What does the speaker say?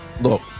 look